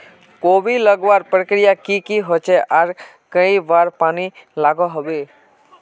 कोबी लगवार प्रक्रिया की की होचे आर कई बार पानी लागोहो होबे?